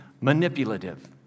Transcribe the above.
manipulative